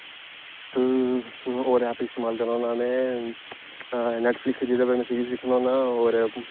और ऐप इस्तेमाल करा ना में नेटफ्लिक्स जेहदे उप्पर सीरीज दिक्खना होन्ना और